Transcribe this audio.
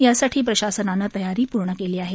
यासाठी प्रशासनानं तयारी पूर्ण केली आहे